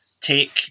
take